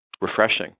refreshing